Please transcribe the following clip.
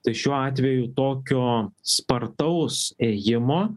tai šiuo atveju tokio spartaus ėjimo